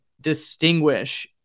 distinguish